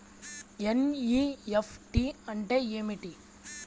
NEFT అంటే ఏమిటి?